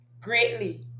greatly